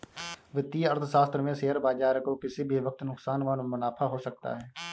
वित्तीय अर्थशास्त्र में शेयर बाजार को किसी भी वक्त नुकसान व मुनाफ़ा हो सकता है